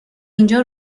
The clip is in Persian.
اینجا